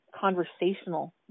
conversational